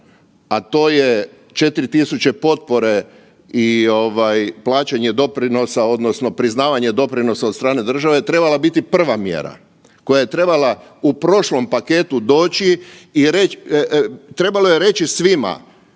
doprinosa odnosno priznavanje doprinosa od strane države trebala biti prva mjera koja je trebala u prošlom paketu doći i reći, trebalo je reći svima,